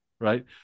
right